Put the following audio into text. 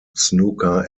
snooker